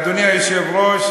אדוני היושב-ראש,